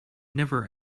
never